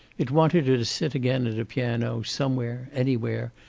it wanted her to sit again at a piano, somewhere, anywhere,